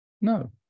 No